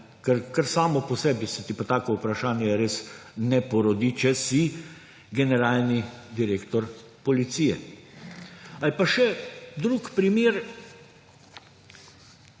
kar samo po sebi se ti pa tako vprašanje res ne porodi, če si generalni direktor policije. Ali pa še drug primer